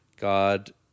God